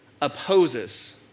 opposes